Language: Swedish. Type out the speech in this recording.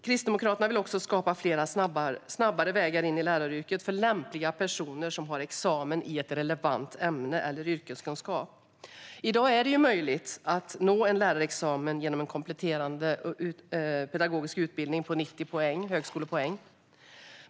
Kristdemokraterna vill också skapa fler snabbare vägar in i läraryrket för lämpliga personer som har examen i ett relevant ämne eller som har yrkeskunskap. I dag är det möjligt att nå en lärarexamen genom en kompletterande pedagogisk utbildning på 90 högskolepoäng.